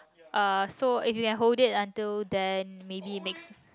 uh so if you can hold it until then maybe makes